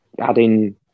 adding